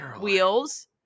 wheels